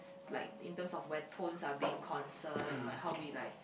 like in terms of where tones are being concern or like how we like